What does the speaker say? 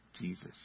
Jesus